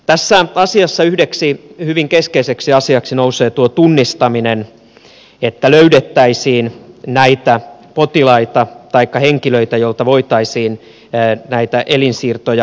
tässä asiassa yhdeksi hyvin keskeiseksi asiaksi nousee tuo tunnistaminen että löydettäisiin näitä henkilöitä joilta voitaisiin näitä elinsiirtoja tehdä